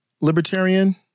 libertarian